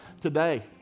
today